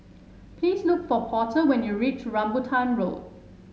please look for Porter when you reach Rambutan Road